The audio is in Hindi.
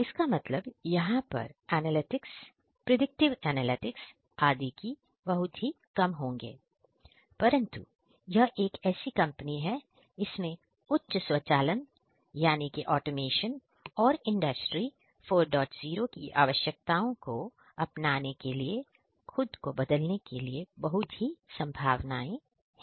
इसका मतलब यहां पर एनालिटिक्स आदि भी बहुत ही कम होंगे परंतु यह एक ऐसी कंपनी है इसमें उच्च स्वचालन यानी के ऑटोमेशन और और इंडस्ट्री 40 की आवश्यकताओं को अपनाने के लिए और खुद को बदलने के लिए बहुत ही संभावनाएं हैं